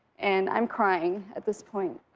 and i'm crying at this point.